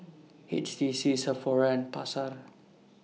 H T C Sephora and Pasar